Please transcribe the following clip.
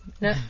No